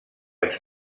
ens